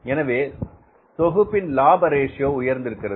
எனவே தொகுப்பின் லாப ரேஷியோஉயர்ந்திருக்கிறது